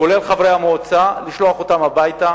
כולל חברי המועצה, לשלוח אותם הביתה